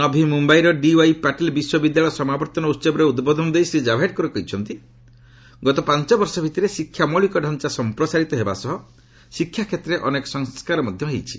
ନଭି ମୁମ୍ଯାଇର ଡିୱାଇ ପାଟିଲ୍ ବିଶ୍ୱବିଦ୍ୟାଳୟର ସମାବର୍ତ୍ତନ ଉତ୍ସବରେ ଉଦ୍ବୋଧନ ଦେଇ ଶ୍ରୀ ଜାଭଡେକର କହିଛନ୍ତି ଗତ ପାଞ୍ଚ ବର୍ଷ ଭିତରେ ଶିକ୍ଷା ମୌଳିକ ଡାଞ୍ଚା ସମ୍ପ୍ରସାରିତ ହେବା ସହ ଶିକ୍ଷା କ୍ଷେତ୍ରରେ ଅନେକ ସଂସ୍କାର ମଧ୍ୟ ହୋଇଛି